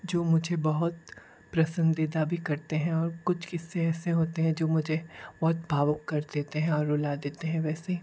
जो मुझे बहुत पसंदीदा भी करते हैं और कुछ क़िस्से ऐसे होते हैं जो मुझे बहुत भावुक कर देते हैं और रुला देते हैं वैसे